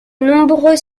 nombreux